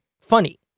Funny